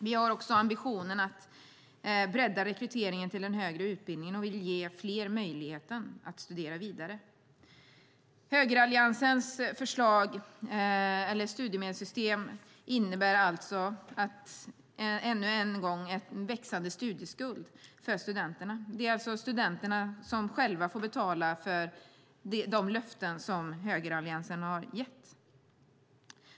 Vi har också ambitionen att bredda rekryteringen till den högre utbildningen och vill ge fler möjligheten att studera vidare. Högeralliansens studiemedelssystem innebär alltså ännu en gång en växande studieskuld för studenterna. Studenterna får alltså själva betala högeralliansens vallöfte.